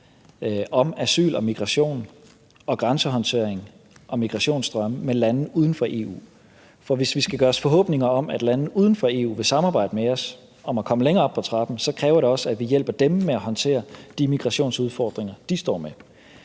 om asyl og migration, grænsehåndtering og migrationsstrømme med lande uden for EU. For hvis vi skal gøre os forhåbninger om, at lande uden for EU vil samarbejde med os om at komme længere op ad trappen, så kræver det også, at vi hjælper dem med at håndtere de migrationsudfordringer, de står med.